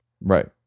Right